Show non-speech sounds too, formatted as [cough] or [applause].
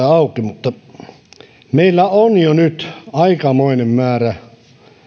[unintelligible] auki meillä on jo nyt aikamoinen määrä